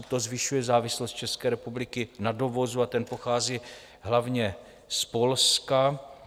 To zvyšuje závislost České republiky na dovozu a ten pochází hlavně z Polska.